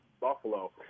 Buffalo